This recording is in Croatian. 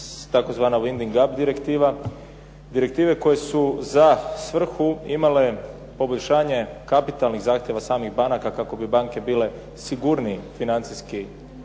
tzv. linguing up direktiva. Direktive su za svrhu imale poboljšanje kapitalnih zahtjeva samih banaka kako bi banke bile sigurniji financijske